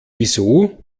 wieso